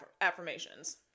affirmations